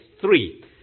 three